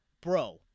Bro